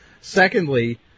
secondly